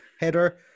Header